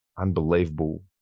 unbelievable –